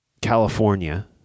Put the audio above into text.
california